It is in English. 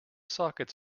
sockets